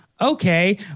Okay